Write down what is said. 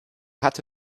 hatte